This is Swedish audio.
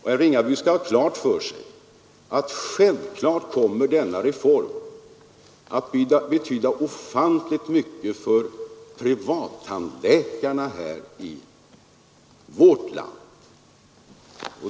Herr Ringaby skall ha klart för sig att denna reform självfallet kommer att betyda ofantligt mycket för privattandläkarna i vårt land.